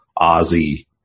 Ozzy